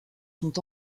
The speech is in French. sont